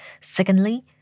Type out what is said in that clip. Secondly